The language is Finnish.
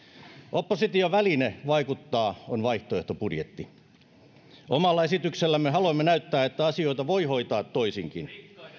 opposition väline vaikuttaa on vaihtoehtobudjetti omalla esityksellämme haluamme näyttää että asioita voi hoitaa toisinkin